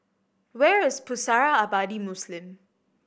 where is Pusara Abadi Muslim